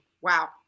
Wow